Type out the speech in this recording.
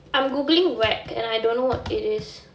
I'm Googling wack and I don't know what it is